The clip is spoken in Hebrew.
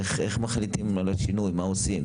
איך מחליטים, מה עושים?